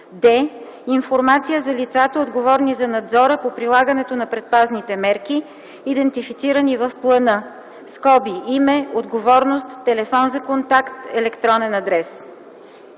д) информацията за лицата, отговорни за надзора по прилагането на предпазните мерки, идентифицирани в плана (име, отговорности, телефон за контакт, електронен адрес).”